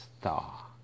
star